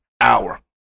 hour